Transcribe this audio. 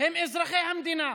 הם אזרחי המדינה,